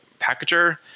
Packager